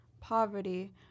poverty